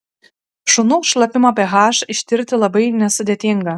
šunų šlapimo ph ištirti labai nesudėtinga